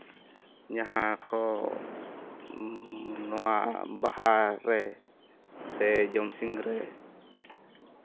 ᱡᱟᱦᱟᱸ ᱠᱚ ᱱᱚᱶᱟ ᱵᱟᱦᱟ ᱨᱮ ᱥᱮ ᱡᱚᱢᱥᱤᱢ ᱨᱮ